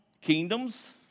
kingdoms